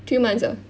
three months ah